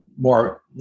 more